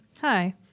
Hi